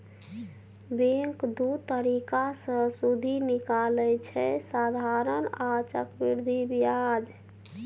bank दु तरीका सँ सुदि निकालय छै साधारण आ चक्रबृद्धि ब्याज